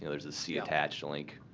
ah there's a see attached link.